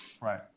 Right